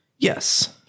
Yes